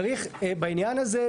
צריך בעניין הזה,